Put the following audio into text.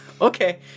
Okay